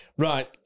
right